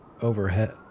overhead